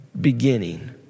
beginning